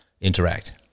interact